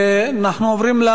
אנחנו עוברים,